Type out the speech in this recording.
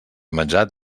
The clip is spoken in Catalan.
menjat